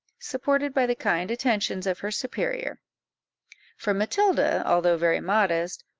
supported by the kind attentions of her superior for matilda, although very modest,